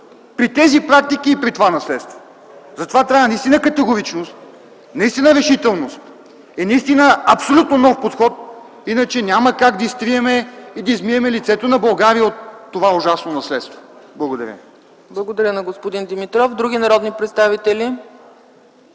при тези практики и при това наследство? Затова трябва наистина категоричност, наистина решителност и наистина абсолютно нов подход, иначе няма как да изтрием и да измием лицето на България от това ужасно наследство. Благодаря. ПРЕДСЕДАТЕЛ ЦЕЦКА ЦАЧЕВА: Благодаря на господин Димитров. Има ли други народни представители,